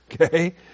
Okay